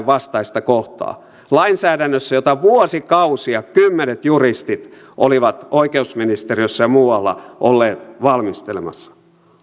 vastaista kohtaa lainsäädännössä jota vuosikausia kymmenet juristit olivat oikeusministeriössä ja muualla olleet valmistelemassa